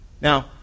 Now